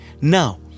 Now